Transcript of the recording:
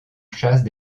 chasse